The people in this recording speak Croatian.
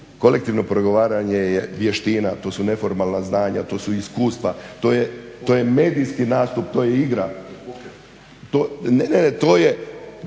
kolektivno pregovaranje je vještina to su neformalna znanja, to su iskustva, to je medijski nastup, to je igra.